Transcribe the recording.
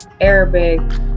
Arabic